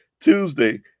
Tuesday